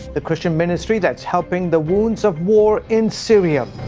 the christian ministry that is helping the wounds of war in syria.